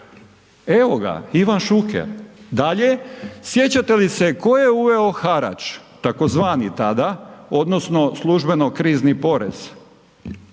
Evo ga, Ivan Šuker. Dalje, sjećate li se tko je uveo harač? Tzv. tada odnosno službeno krizni porez.